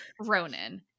Ronan